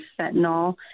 fentanyl